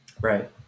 Right